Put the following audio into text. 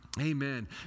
Amen